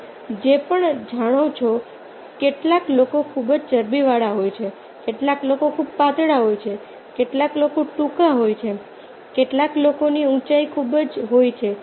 તમે જે પણ જાણો છો કેટલાક લોકો ખૂબ જ ચરબીવાળા હોય છે કેટલાક લોકો ખૂબ પાતળા હોય છે કેટલાક લોકો ટૂંકા હોય છે કેટલાક લોકોની ઊંચાઈ ખૂબ જ હોય છે